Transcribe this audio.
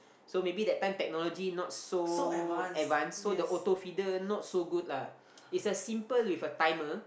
so maybe that time technology not so advance so the auto feeder not so good lah it's a simple with a timer